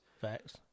Facts